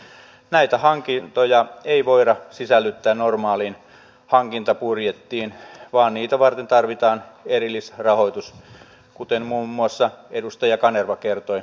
mutta vastuullisuuden mittari ei ole se että päätetään vaan se että päätetään järkevästi ja harkiten ja otetaan vastuu päätösten seurauksista